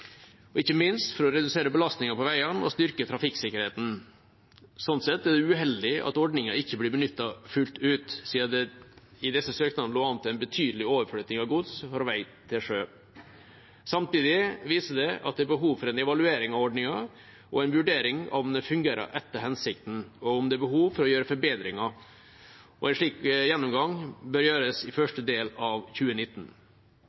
bane, ikke minst for å redusere belastningen på veiene og styrke trafikksikkerheten. Sånn sett er det uheldig at ordningen ikke blir benyttet fullt ut, siden det i disse søknadene lå an til betydelig overflytting av gods fra vei til sjø. Samtidig viser det at det er behov for en evaluering av ordningen og en vurdering av om den fungerer etter hensikten, og om det er behov for å gjøre forbedringer. En slik gjennomgang bør gjøres i